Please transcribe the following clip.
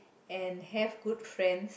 and have good friend